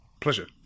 Pleasure